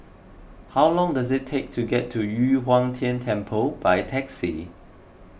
how long does it take to get to Yu Huang Tian Temple by taxi